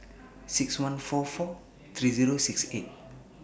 six one four four three Zero six eight